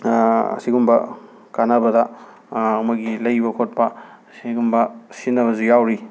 ꯁꯤꯒꯨꯝꯕ ꯀꯥꯟꯅꯕꯗ ꯃꯣꯏꯒꯤ ꯂꯩꯕ ꯈꯣꯠꯄ ꯁꯤꯒꯨꯝꯕ ꯁꯤꯖꯤꯟꯅꯕꯖꯨ ꯌꯥꯎꯔꯤ